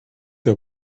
der